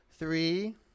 Three